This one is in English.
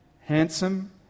handsome